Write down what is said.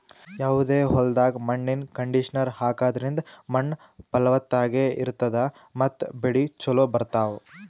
ಯಾವದೇ ಹೊಲ್ದಾಗ್ ಮಣ್ಣಿನ್ ಕಂಡೀಷನರ್ ಹಾಕದ್ರಿಂದ್ ಮಣ್ಣ್ ಫಲವತ್ತಾಗಿ ಇರ್ತದ ಮತ್ತ್ ಬೆಳಿ ಚೋಲೊ ಬರ್ತಾವ್